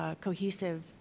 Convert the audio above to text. cohesive